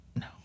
No